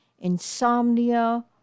insomnia